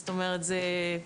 זאת אומרת זה,